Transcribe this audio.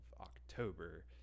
October